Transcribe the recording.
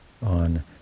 on